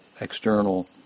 external